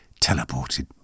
teleported